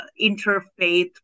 Interfaith